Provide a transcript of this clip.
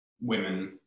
women